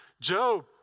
Job